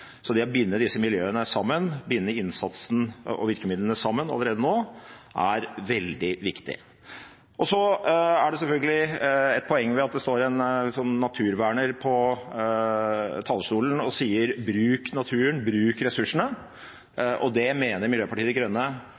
Så det å binde disse miljøene sammen, binde innsatsen og virkemidlene sammen allerede nå, er veldig viktig. Så er det selvfølgelig et poeng at det står en naturverner på talerstolen og sier: Bruk naturen, bruk ressursene. Det mener Miljøpartiet De Grønne